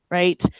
right?